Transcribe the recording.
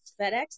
FedEx